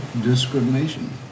discrimination